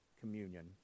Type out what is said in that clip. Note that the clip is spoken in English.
communion